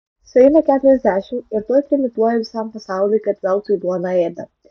sueina keturiasdešimt ir tuoj trimituoja visam pasauliui kad veltui duoną ėda